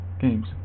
games